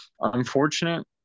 unfortunate